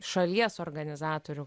šalies organizatorių